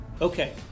Okay